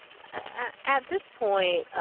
ah at this point, ah